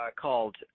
called